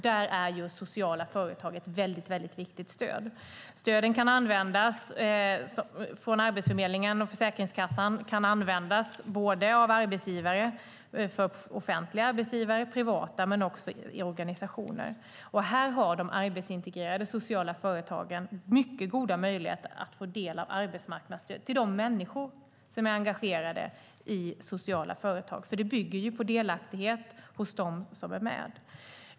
Där är just sociala företag ett väldigt viktigt stöd. Stöden från Arbetsförmedlingen och Försäkringskassan kan användas av både offentliga och privata arbetsgivare och också i organisationer. Här har de arbetsintegrerande sociala företagen mycket goda möjligheter att få del av arbetsmarknadsstöd till de människor som är engagerade i sociala företag. Det bygger ju på delaktighet hos dem som är med.